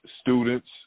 students